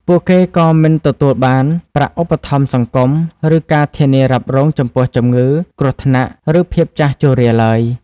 ពួកគេក៏មិនទទួលបានប្រាក់ឧបត្ថម្ភសង្គម ឬការធានារ៉ាប់រងចំពោះជំងឺ គ្រោះថ្នាក់ ឬភាពចាស់ជរាឡើយ។